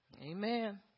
Amen